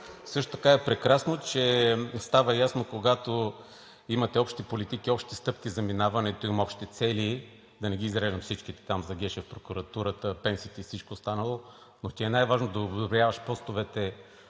Също така е прекрасно, че става ясно, когато имате общи политики, общи стъпки за минаването им, общи цели – да не ги изреждам всичките там – за Гешев, прокуратурата, пенсиите и всичко останало, но ти е най-важно да одобряваш постовете